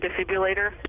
defibrillator